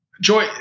Joy